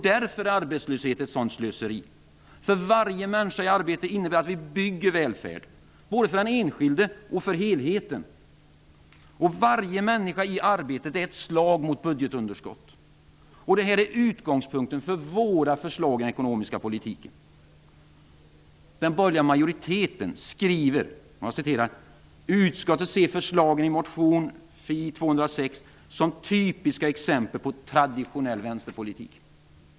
Därför är arbetslösheten ett sådant slöseri. Varje människa i arbete innebär att vi bygger välfärd, både för den enskilde och för helheten. Varje människa i arbete är ett slag mot budgetunderskottet. Detta är utgångspunkten för våra förslag i den ekonomiska politiken. ''Utskottet ser förslagen i motion Fi206 som typiska exempel på traditionell vänsterpolitik.''